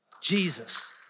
Jesus